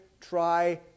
try